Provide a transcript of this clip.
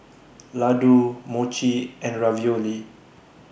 Ladoo Mochi and Ravioli